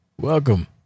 Welcome